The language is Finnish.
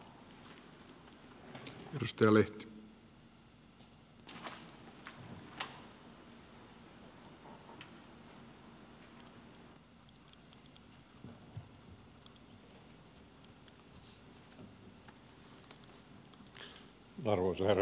arvoisa herra puhemies